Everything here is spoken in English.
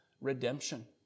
redemption